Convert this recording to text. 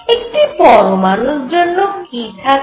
একটি পরমাণুর জন্য কি থাকে